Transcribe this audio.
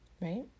right